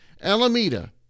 Alameda